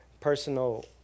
personal